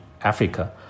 Africa